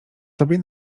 tobie